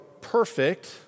perfect